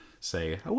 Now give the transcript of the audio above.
say